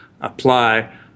apply